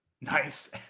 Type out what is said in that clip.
Nice